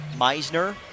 Meisner